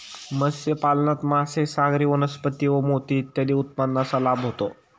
मत्स्यपालनात मासे, सागरी वनस्पती व मोती इत्यादी उत्पादनांचा लाभ होतो